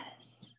yes